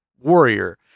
warrior